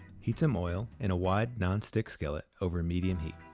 heat some oil in a wide non-stick skillet over medium heat.